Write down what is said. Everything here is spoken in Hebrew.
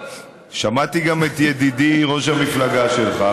אבל לעומת זאת שמעתי גם את ידידי ראש המפלגה שלך,